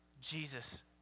Jesus